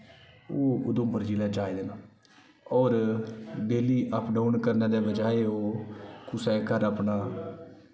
ओह् उधमपुर जिला च आए दे न होर डेली अप डाउन करने दे बजाए ओह् कुसै घर अपना